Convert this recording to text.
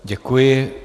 Děkuji.